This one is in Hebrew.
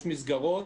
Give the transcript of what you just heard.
יש מסגרות,